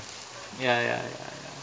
ya ya ya ya